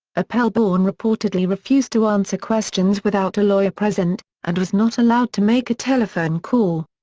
appelbaum and reportedly refused to answer questions without a lawyer present, and was not allowed to make a telephone call.